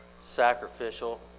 sacrificial